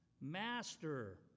Master